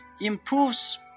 improves